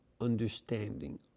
understanding